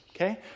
Okay